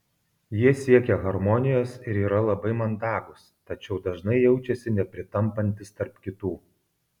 jie siekia harmonijos ir yra labai mandagūs tačiau dažnai jaučiasi nepritampantys tarp kitų